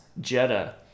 Jetta